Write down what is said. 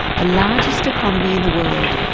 the largest economy in the world,